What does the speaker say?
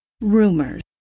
rumors